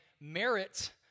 merit